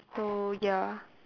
so ya